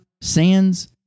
Sands